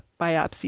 biopsy